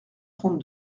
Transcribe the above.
trente